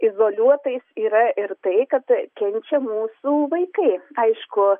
izoliuotais yra ir tai kad kenčia mūsų vaikai aišku